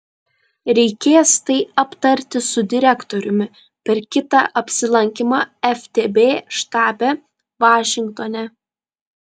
reikės tai aptarti su direktoriumi per kitą apsilankymą ftb štabe vašingtone